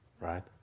right